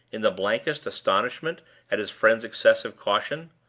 in the blankest astonishment at his friend's excessive caution.